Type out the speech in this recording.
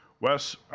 Wes